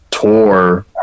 tour